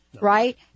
Right